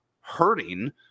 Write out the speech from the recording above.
hurting